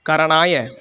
करणाय